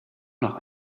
noch